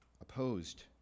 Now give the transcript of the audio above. opposed